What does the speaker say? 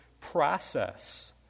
process